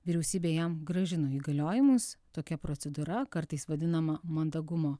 vyriausybė jam grąžino įgaliojimus tokia procedūra kartais vadinama mandagumo